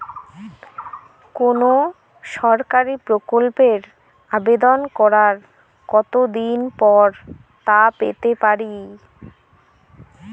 কোনো সরকারি প্রকল্পের আবেদন করার কত দিন পর তা পেতে পারি?